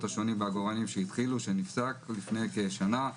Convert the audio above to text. השונים של העגורנים שהתחילו ונפסק לפני כשנה.